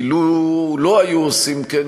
כי לולא היו עושים כן,